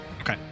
Okay